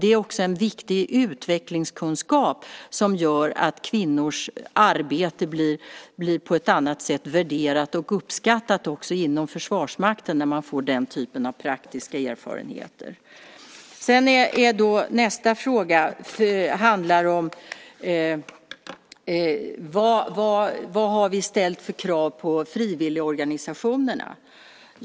Det är också en viktig utvecklingskunskap som gör att kvinnors arbete på ett annat sätt blir värderat och uppskattat också inom Försvarsmakten när man får den typen av praktiska erfarenheter. Nästa fråga handlar om vad vi har ställt för krav på frivilligorganisationerna.